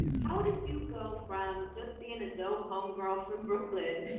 how did you go from just being a dope home girl from brooklyn?